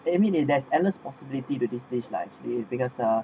they mean it there's endless possibility to displays are actually because ah